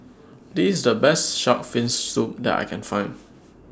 This IS The Best Shark's Fin Soup that I Can Find